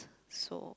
so